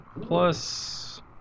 plus